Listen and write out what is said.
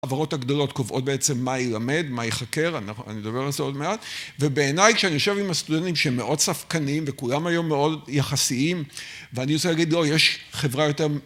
החברות הגדולות קובעות בעצם מה ילמד, מה יחקר, אני אדבר על זה עוד מעט. ובעיניי כשאני יושב עם הסטודנטים שהם מאוד ספקנים וכולם היום מאוד יחסיים ואני רוצה להגיד לא, יש חברה יותר